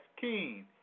Keen